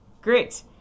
great